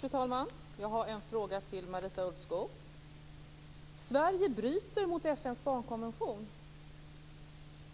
Fru talman! Jag har en fråga till Marita Ulvskog. Sverige bryter mot FN:s barnkonvention.